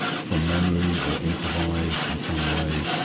from memory, or improvised in some way,